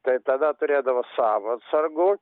tai tada turėdavo savo atsargų